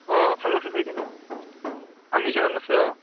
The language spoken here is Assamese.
অঁ ভাল লাগিছে চাই কিনে আমি যোৱাহেন লাগিছে অঁ